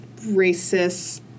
racist